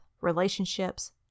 relationships